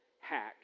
hack